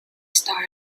star